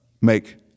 make